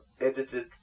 edited